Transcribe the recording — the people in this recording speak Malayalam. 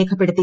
രേഖപ്പെടുത്തി